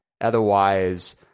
otherwise